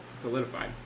solidified